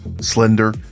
slender